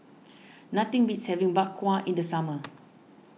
nothing beats having Bak Kwa in the summer